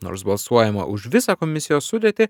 nors balsuojama už visą komisijos sudėtį